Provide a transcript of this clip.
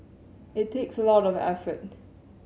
it takes a lot of effort